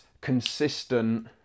consistent